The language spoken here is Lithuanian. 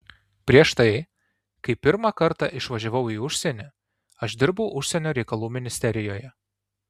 prieš tai kai pirmą kartą išvažiavau į užsienį aš dirbau užsienio reikalų ministerijoje